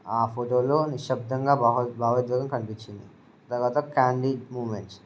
ఆ ఫోటోలో నిశ్శబ్దంగా భావోద్వేగం కనిపించింది తర్వాత క్యాండిడ్ మూమెంట్స్